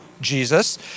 Jesus